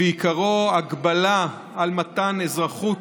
ועיקרו הגבלה על מתן אזרחות,